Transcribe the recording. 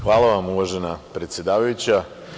Hvala vam, uvažena predsedavajuća.